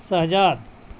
Shahzad